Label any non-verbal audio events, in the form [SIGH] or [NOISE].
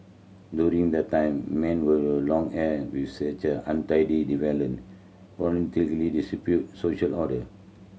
during that time men with long hair were [UNINTELLIGIBLE] as untidy deviant [UNINTELLIGIBLE] social order